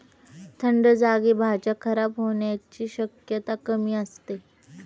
थंड जागी भाज्या खराब होण्याची शक्यता कमी असते